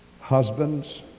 Husbands